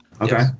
Okay